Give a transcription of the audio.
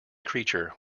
creature